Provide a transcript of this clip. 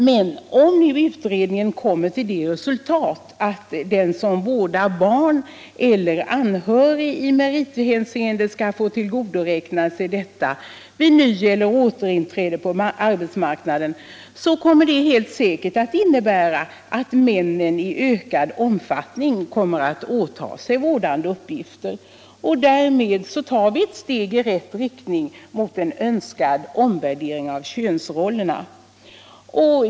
Men om nu utredningen kommer till det resultatet att den som vårdar barn eller anhörig i merit Kvinnor i statlig hänseende skall få tillgodoräkna sig detta vid ny eller återinträde på arbetsmarknaden, så kommer det helt säkert att innebära att männen i ökad omfattning kommer att åta sig vårdande uppgifter. Därmed tar vi ett steg i rätt riktning mot en önskad omvärdering av könsrollerna.